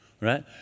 right